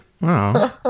Wow